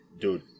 Dude